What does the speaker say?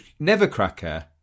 Nevercracker